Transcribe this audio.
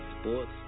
sports